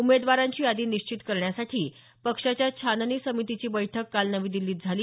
उमेदवारांची यादी निश्चित करण्यासाठी पक्षाच्या छाननी समितीची बैठक काल नवी दिल्लीत झाली